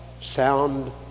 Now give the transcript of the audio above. sound